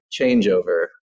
changeover